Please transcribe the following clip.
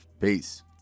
Peace